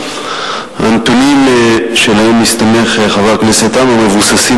הנתונים שעליהם מסתמך חבר הכנסת עמאר מבוססים